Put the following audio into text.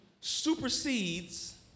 supersedes